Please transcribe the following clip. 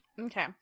Okay